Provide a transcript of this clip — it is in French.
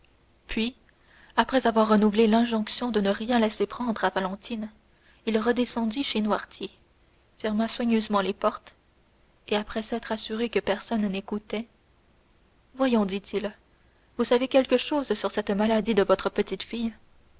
puis après avoir renouvelé l'injonction de ne rien laisser prendre à valentine il redescendit chez noirtier ferma soigneusement les portes et après s'être assuré que personne n'écoutait voyons dit-il vous savez quelque chose sur cette maladie de votre petite-fille